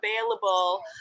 available